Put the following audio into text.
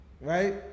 right